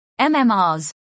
MMRs